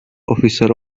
officer